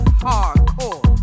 hardcore